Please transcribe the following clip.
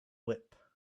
whip